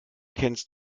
kennst